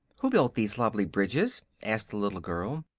who built these lovely bridges? asked the little girl.